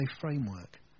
framework